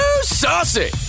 saucy